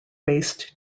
based